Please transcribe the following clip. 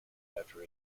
after